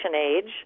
age